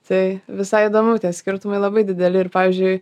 tai visai įdomu tie skirtumai labai dideli ir pavyzdžiui